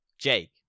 Jake